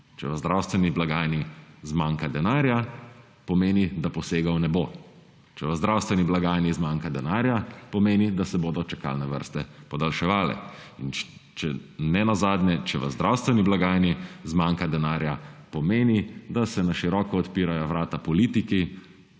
Če v zdravstven blagajni zmanjka denarja, pomeni, da posega ne bo. Če v zdravstveni blagajni zmanjka denarja, pomeni, da se bodo čakalne vrste podaljševale, in nenazadnje, če v zdravstveni blagajni zmanjka denarja, pomeni, da se na široko odpirajo vrata politiki,